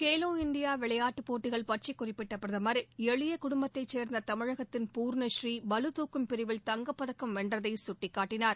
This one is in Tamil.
கேலோ இந்தியா விளையாட்டுப் போட்டிகள் பற்றி குறிப்பிட்ட பிரதமர் எளிய குடும்பத்தைச் சேர்ந்த தமிழகத்தின் பூர்ணஸ்ரீ பளுதூக்கும் பிரிவில் தங்கப்பதக்கம் வென்றதை சுட்டிக்காட்டினார்